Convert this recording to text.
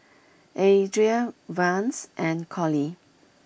Adria Vance and Collie